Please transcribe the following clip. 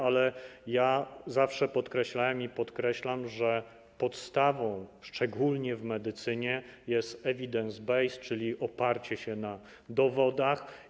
Ale ja zawsze podkreślałem i podkreślam, że podstawą, szczególnie w medycynie, jest evidence based, czyli oparcie się na dowodach.